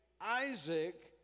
Isaac